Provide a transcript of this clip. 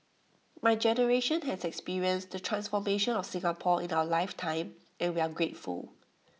my generation has experienced the transformation of Singapore in our life time and we are grateful